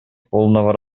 полного